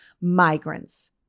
migrants